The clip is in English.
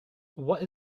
what